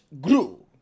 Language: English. grew